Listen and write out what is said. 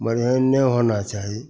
मगर एहन नहि होना चाही